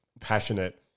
passionate